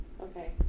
Okay